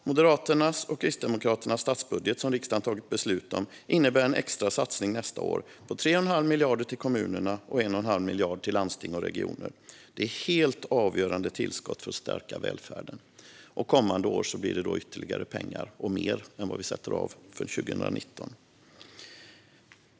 Moderaternas och Kristdemokraternas statsbudget som riksdagen tagit beslut om innebär en extra satsning nästa år på 3 1⁄2 miljard till kommunerna och 1 1⁄2 miljard till landsting och regioner. Det är helt avgörande tillskott för att stärka välfärden. Kommande år blir det ytterligare pengar - mer än vi sätter av för 2019.